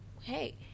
hey